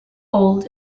old